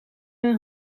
een